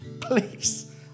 please